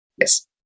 Yes